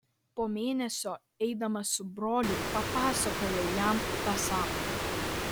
po mėnesio eidamas su broliu papasakojau jam tą sapną